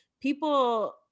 people